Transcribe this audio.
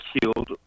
killed